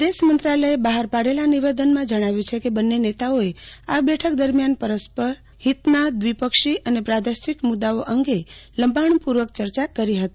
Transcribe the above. વિદેશ મંત્રાલયે બહાર પાડેલા નિવેદનમાં જણાવ્યું છે કે બંને નેતાઓએ આ બેઠક દરેય્યાન પરસ્પર હિતનાદ્વિપક્ષી અને પ્રાદેશિક મુદાઓ અંગે લંબાણ પુર્વક ચર્ચા કરી હતી